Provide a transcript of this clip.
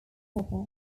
proper